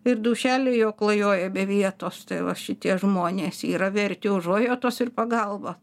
ir ducheliai jo klajoja be vietos tai va šitie žmonės yra verti užuojautos ir pagalbos